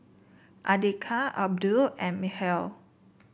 Andika Abdul and Mikhail